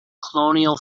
colonial